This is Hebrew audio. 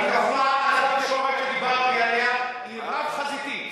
המתקפה על התקשורת שדיברתי עליה היא רב-חזיתית.